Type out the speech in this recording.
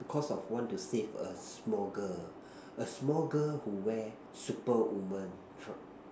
because of want to save a small girl a small girl who wear superwoman trunks